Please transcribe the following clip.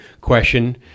question